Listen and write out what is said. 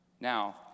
Now